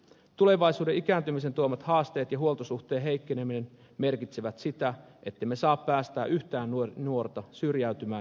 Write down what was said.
tulevaisuuden ikääntymisen tuomat haasteet ja huoltosuhteen heikkeneminen merkitsevät sitä ettemme saa päästää yhtään nuorta syrjäytymään